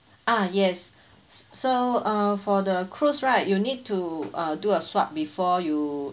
ah yes s~ so uh for the cruise right you need to uh do a swab before you